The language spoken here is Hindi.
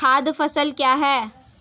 खाद्य फसल क्या है?